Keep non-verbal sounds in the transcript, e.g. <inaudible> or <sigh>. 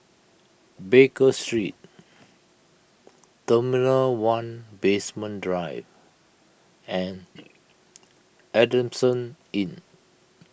Baker Street Terminal one Basement Drive and <noise> Adamson Inn